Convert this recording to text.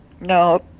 No